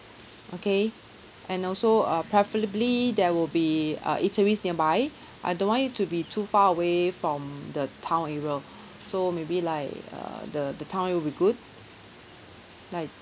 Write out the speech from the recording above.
okay and also uh preferably there will be uh eateries nearby I don't want it to be too far away from the town area so maybe like uh the the town area will be good like